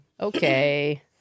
Okay